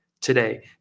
today